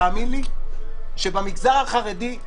תאמין לי שבמגזר החרדי,